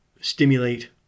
stimulate